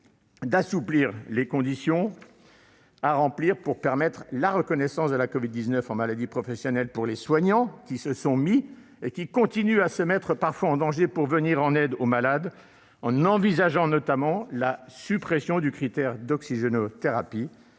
d'assouplir les conditions à remplir pour permettre la reconnaissance de la covid-19 en maladie professionnelle pour les soignants qui se sont mis et qui continuent à se mettre en danger pour venir en aide aux malades, en envisageant notamment la suppression du critère d'oxygénothérapie